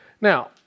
Now